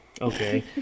Okay